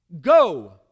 Go